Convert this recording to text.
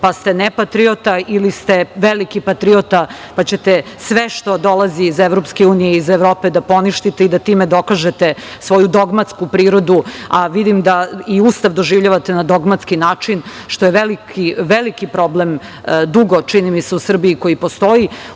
pa ste nepatriota ili ste veliki patriota pa ćete sve što dolazi iz EU i iz Evrope da poništite i da time dokažete svoju dogmatsku prirodu, a vidim da i Ustav doživljavate na dogmatski način što je veliki problem dugo u Srbiji koji postoji. Ustav